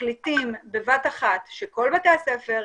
מחליטים בבת אחת שכל בתי הספר,